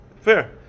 Fair